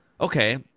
okay